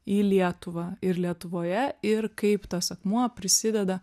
į lietuvą ir lietuvoje ir kaip tas akmuo prisideda